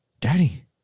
Daddy